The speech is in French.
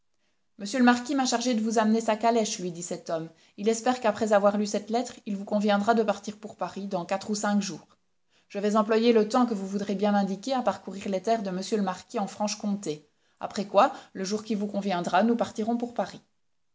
m le marquis m'a chargé de vous amener sa calèche lui dit cet homme il espère qu'après avoir lu cette lettre il vous conviendra de partir pour paris dans quatre ou cinq jours je vais employer le temps que vous voudrez bien m'indiquer à parcourir les terres de m le marquis en franche-comté après quoi le jour qui vous conviendra nous partirons pour paris